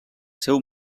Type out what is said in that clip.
seu